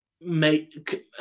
make